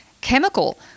chemical